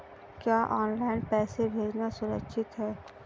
क्या ऑनलाइन पैसे भेजना सुरक्षित है?